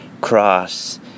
cross